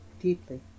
deeply